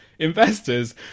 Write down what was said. Investors